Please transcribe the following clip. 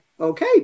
Okay